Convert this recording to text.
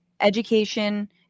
education